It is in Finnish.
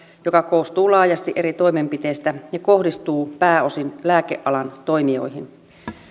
joka koostuu laajasti eri toimenpiteistä ja kohdistuu pääosin lääkealan toimijoihin